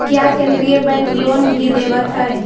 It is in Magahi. क्या केन्द्रीय बैंक लोन भी देवत हैं